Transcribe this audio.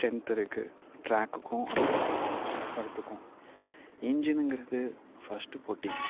strength இருக்குது ட்ராக்குக்கும் அந்த சக்கரத்துக்கும் இஞ்சினுங்கிறது ஃபஸ்ட் பெட்டி